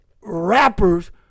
rappers